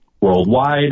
worldwide